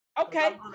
Okay